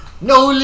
No